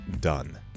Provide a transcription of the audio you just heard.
done